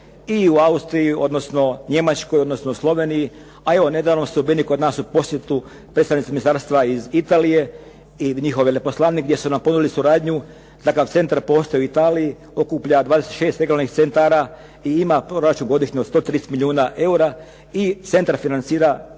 i u Austriji, odnosno Njemačkoj, odnosno u Sloveniji, a evo nedavno su bili kod nas u posjetu predstavnici ministarstva iz Italije i njihov veleposlanik gdje su nam povjerili suradnju. Takav centar postoji u Italiji, okuplja 26 regionalnih centara i ima račun godišnji od 130 milijuna eura i centar financira